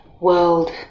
world